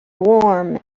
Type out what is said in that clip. warm